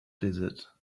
desert